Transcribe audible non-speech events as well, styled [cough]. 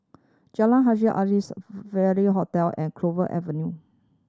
Jalan Haji Alias [unintelligible] Hotel and Clover Avenue